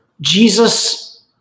Jesus